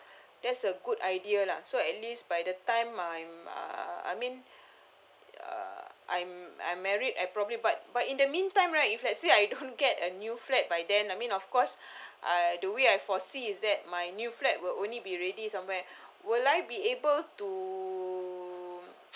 that's a good idea lah so at least by the time my my I mean uh I'm I'm married and probably but but in the mean time right if let's say I don't get a new flat by then I mean of course uh the way I foresee is that my new flat will only be ready somewhere would I be able to